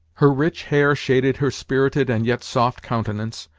her rich hair shaded her spirited and yet soft countenance,